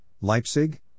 Leipzig